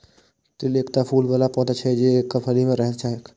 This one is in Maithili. तिल एकटा फूल बला पौधा छियै, जे एकर फली मे रहैत छैक